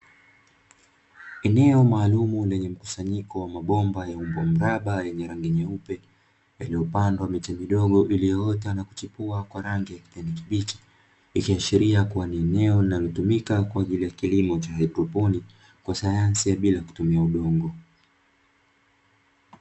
Eneo maalumu lenye mkusanyiko wa mabomba ya umbo mraba yenye rangi nyeupe, yaliyopandwa miche midogo iliyoota na kuchipua kwa rangi ya kijani kibichi, ikiashiria kuwa ni eneo la linalotumika kwa ajili ya kilimo cha haidroponi kwa sayansi ya bila kutumia udongo.